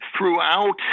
throughout